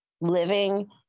Living